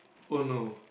oh no